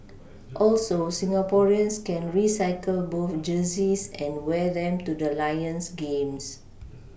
also Singaporeans can recycle both jerseys and wear them to the Lions games